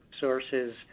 sources